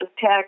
Tech